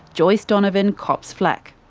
joyce donovan cops flak.